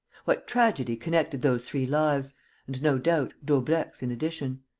what tragedy connected those three lives and, no doubt, daubrecq's in addition?